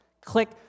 click